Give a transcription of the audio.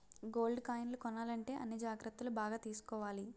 gold కాయిన్లు కొనాలంటే అన్ని జాగ్రత్తలు బాగా తీసుకోవాలి